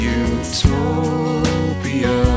utopia